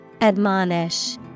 Admonish